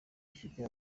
gifite